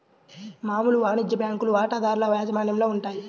మామూలు వాణిజ్య బ్యాంకులు వాటాదారుల యాజమాన్యంలో ఉంటాయి